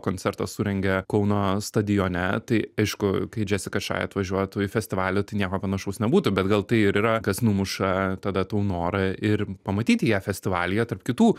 koncertą surengė kauno stadione tai aišku kai džesika šai atvažiuotų į festivalį tai nieko panašaus nebūtų bet gal tai ir yra kas numuša tada tau norą ir pamatyti ją festivalyje tarp kitų